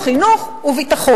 חינוך, חינוך וביטחון.